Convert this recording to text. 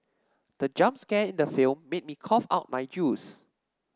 the jump scare in the film made me cough out my juice